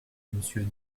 monsieur